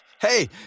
hey